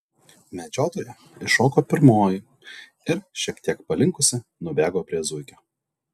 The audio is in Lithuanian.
medžiotoja iššoko pirmoji ir šiek tiek palinkusi nubėgo prie zuikio